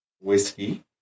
whiskey